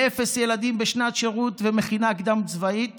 מאפס ילדים בשנת שירות ומכינה קדם-צבאית